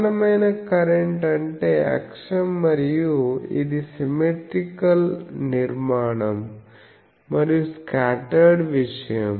సమానమైన కరెంట్ అంటే అక్షం మరియు ఇది సిమ్మెట్రీకల్ నిర్మాణం మరియు స్కాటర్డ్ విషయం